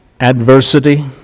Adversity